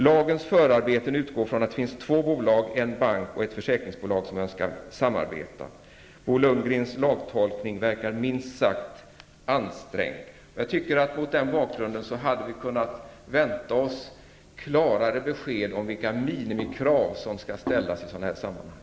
Lagens förarbeten utgår ifrån att det finns två bolag, en bank och ett försäkringsbolag, som önskar samarbeta. Bo Lundgrens lagtolkning verkar minst sagt ansträngd. Mot den bakgrunden hade vi enligt min mening kunnat vänta oss klarare besked om vilka minimikrav som skall ställas i sådana här sammanhang.